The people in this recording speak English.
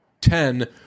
ten